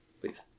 please